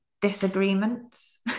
disagreements